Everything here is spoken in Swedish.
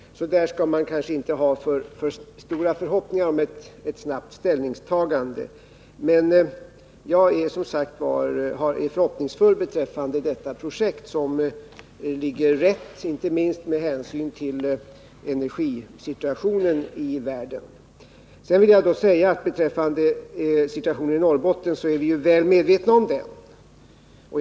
Här skall man kanske inte ha för stora förhoppningar om ett snart ställningstagande. Men jag är, som sagt, förhoppningsfull beträffande detta projekt som ligger rätt, inte minst med hänsyn till energisituationen i världen. Sedan vill jag säga att vi är väl medvetna om läget i Norrbotten.